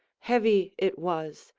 heavy it was,